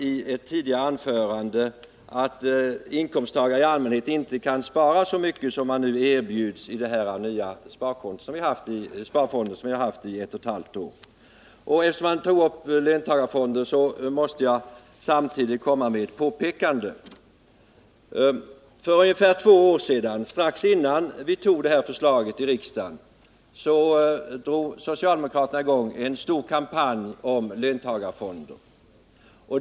I ett tidigare anförande nämnde han att inkomsttagare i allmänhet inte kan spara så mycket som man erbjuds i den sparform som vi nu haft i ett och ett halvt år. För ungefär två år sedan — strax innan vi fattade beslutet om denna sparform i riksdagen — drog socialdemokraterna i gång en stor kampanj om löntagarfonder.